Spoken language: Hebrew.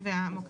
תודה